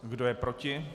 Kdo je proti?